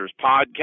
podcast